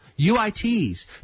UITs